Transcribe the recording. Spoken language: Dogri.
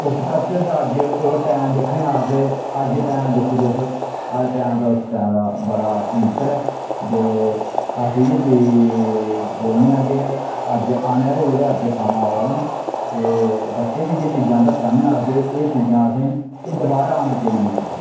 ओस कल्चर दा अज्ज ओह् टैम दिक्खने आं अस ते अज्ज टैम दिक्खो तुस अज्ज टैम दा उस टैम दा बड़ा अंतर ऐ ते अस इ'यै चीज बोलने आं के अज्ज आने आह्ले जेह्ड़ा अग्गें समां आवा दा ना ते बच्चे बी इ'यै चीजां दस्सा ने अस के एह् चीजां असें एह् दबारा आह्नियां चाहिदियां एह् चीजां